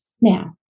Now